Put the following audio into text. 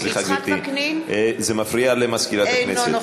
זה מפריע למזכירת הכנסת.